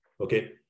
okay